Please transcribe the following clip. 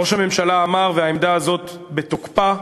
ראש הממשלה אמר, והעמדה הזאת בתוקפה: